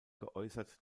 geäußert